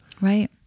Right